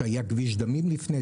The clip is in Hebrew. שהיה כביש דמים לפני כן,